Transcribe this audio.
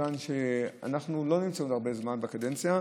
מכיוון שאנחנו לא נמצאים הרבה זמן בקדנציה.